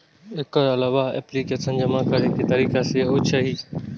एकर अलावा एप्लीकेशन जमा करै के तारीख सेहो चाही